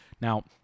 Now